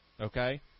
Okay